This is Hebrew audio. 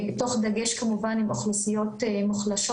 תוך דגש כמובן עם אוכלוסיות מוחלשות